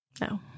No